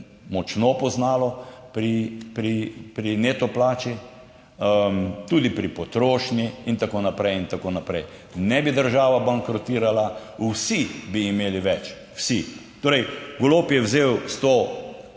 močno poznalo pri neto plači, tudi pri potrošnji in tako naprej in tako naprej, ne bi država bankrotirala, vsi bi imeli več, vsi. Torej, Golob je vzel s to